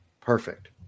Perfect